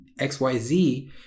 xyz